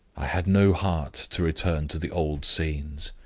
i had no heart to return to the old scenes.